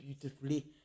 beautifully